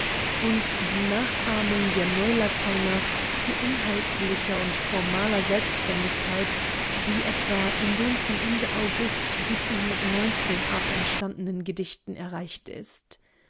und die nachahmung der neulateiner zu inhaltlicher und formaler selbständigkeit die etwa in den von ende august ab entstandenen gedichten erreicht ist